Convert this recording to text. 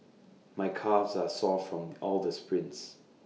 my calves are sore from all the sprints